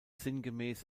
sinngemäß